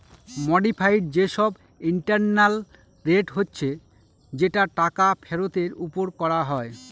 modified যে সব internal rate হচ্ছে যেটা টাকা ফেরতের ওপর করা হয়